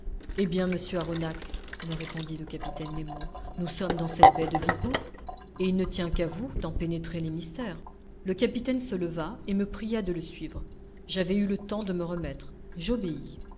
eh bien monsieur aronnax me répondit le capitaine nemo nous sommes dans cette baie de vigo et il ne tient qu'à vous d'en pénétrer les mystères le capitaine se leva et me pria de le suivre j'avais eu le temps de me remettre j'obéis